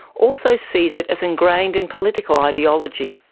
also sees it as ingrained in political ideology.